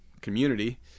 community